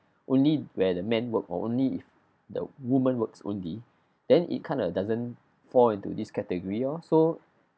only where the men work or only if the woman works only then it kinda doesn't fall into this category orh so